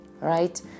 right